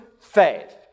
faith